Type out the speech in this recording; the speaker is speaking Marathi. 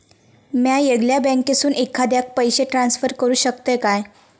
म्या येगल्या बँकेसून एखाद्याक पयशे ट्रान्सफर करू शकतय काय?